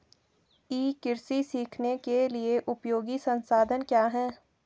ई कृषि सीखने के लिए उपयोगी संसाधन क्या हैं?